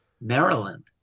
maryland